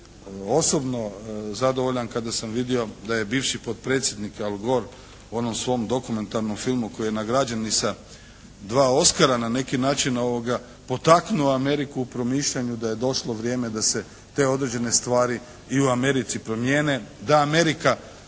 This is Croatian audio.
osobno zadovoljan kada sam vidio da je bivši potpredsjednik Al Gore u onom svom dokumentarnom filmu koji je nagrađen i sa dva Oskara na neki način potaknuo Ameriku u promišljanju da je došlo vrijeme da se te određene stvari i u Americi promijene.